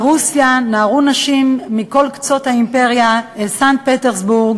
ברוסיה נהרו נשים מכל קצות האימפריה אל סנט-פטרסבורג